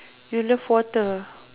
you love water